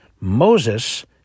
Moses